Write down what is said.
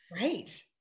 Right